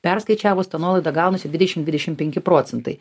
perskaičiavus tą nuolaidą gaunasi dvidešim dvidešim penki procentai